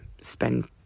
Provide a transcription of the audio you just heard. spend